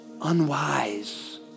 Unwise